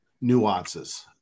nuances